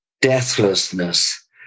deathlessness